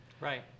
Right